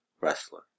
wrestler